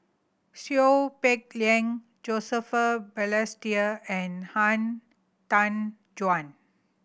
Seow Peck Leng Joseph Balestier and Han Tan Juan